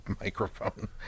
microphone